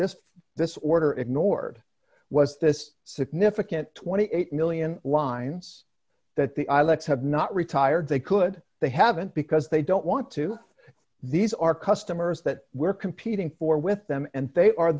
this this order ignored was this significant twenty eight million lines that the eyelets have not retired they could they haven't because they don't want to these are customers that we're competing for with them and they are